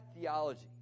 theology